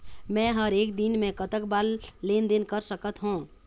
मे हर एक दिन मे कतक बार लेन देन कर सकत हों?